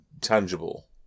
tangible